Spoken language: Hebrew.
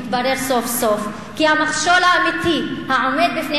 יתברר סוף-סוף כי המכשול האמיתי העומד בפני